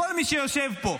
לכל מי שיושב פה,